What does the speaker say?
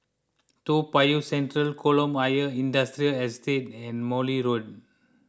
Toa Payoh Central Kolam Ayer Industrial Estate and Morley Road